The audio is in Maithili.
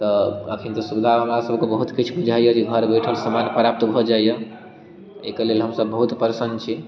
तऽ एखन तऽ सुविधा हमरासबके बहुत किछु बुझाइए जे घर बैठल हमरा प्राप्त भऽ जाइए एहिके लेल हमसब बहुत प्रसन्न छी